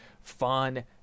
fun